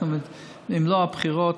אם לא הבחירות,